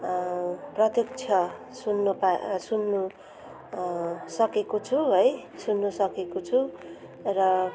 प्रत्यक्ष सुन्न पा सुन्नु सकेको छु है सुन्नु सकेको छु र